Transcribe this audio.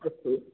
अस्तु